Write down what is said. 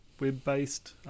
web-based